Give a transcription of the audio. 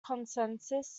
consensus